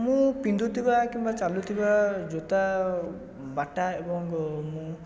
ମୁଁ ପିନ୍ଧୁଥିବା କିମ୍ବା ଚାଲୁଥିବା ଜୋତା ବାଟା ଏବଂ ମୁଁ